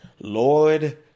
Lord